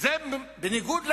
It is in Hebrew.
זה בניגוד להיגיון.